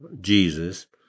Jesus